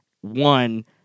one